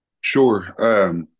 Sure